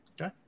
Okay